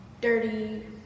dirty